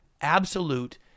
absolute